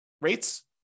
rates